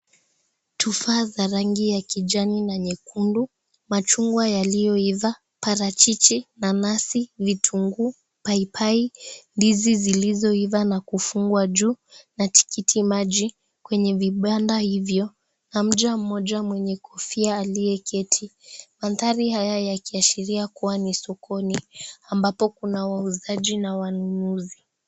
Kifaa cha rangi ya kijani nyekundu, machungwa yaliyoiva, parachichi, nanazi, vitunguu, paipai, ndizi zilizoiva na kufungwa juu na tikitimaji kwenye vi and hivyo.